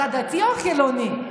אתה דתי או חילוני?